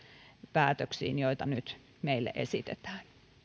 päätöksiin joita nyt meille esitetään